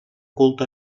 culta